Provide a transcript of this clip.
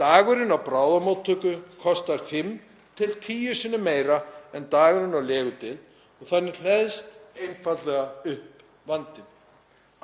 Dagurinn á bráðamóttöku kostar fimm til tíu sinnum meira en dagurinn á legudeild og þannig hleðst einfaldlega upp vandinn.